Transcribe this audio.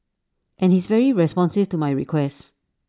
and he's very responsive to my requests